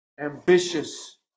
ambitious